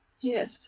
Yes